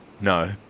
No